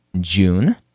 June